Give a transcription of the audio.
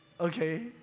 okay